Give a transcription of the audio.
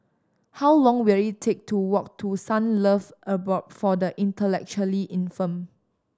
how long will it take to walk to Sunlove Abode for the Intellectually Infirmed